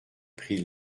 prit